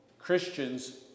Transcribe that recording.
Christians